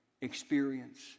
experience